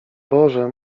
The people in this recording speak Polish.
boże